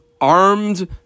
Armed